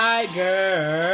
Tiger